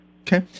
Okay